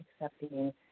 accepting